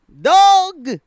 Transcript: dog